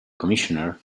commissioner